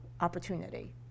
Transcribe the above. opportunity